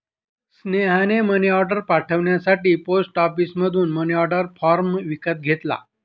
स्नेहाने मनीऑर्डर पाठवण्यासाठी पोस्ट ऑफिसमधून मनीऑर्डर फॉर्म विकत घेतला